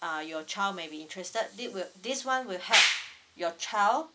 uh your child may be interested thi~ will this one will help your child